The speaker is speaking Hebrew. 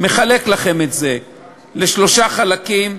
נחלק לכם את זה לשלושה חלקים.